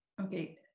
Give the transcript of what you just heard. Okay